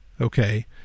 okay